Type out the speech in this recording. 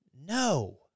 No